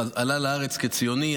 עלה לארץ כציוני,